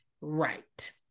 Right